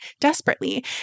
desperately